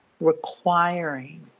requiring